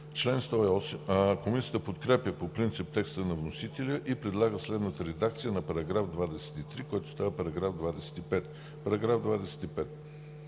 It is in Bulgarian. Комисията подкрепя по принцип текста на вносителя и предлага следната редакция на § 23, който става § 25: „§ 25.